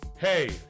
hey